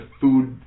food